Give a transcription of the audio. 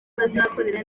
bazakorera